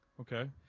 Okay